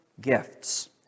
gifts